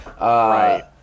Right